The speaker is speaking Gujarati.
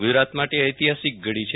ગુજરાત માટે ઐતિહાસિક છડી છે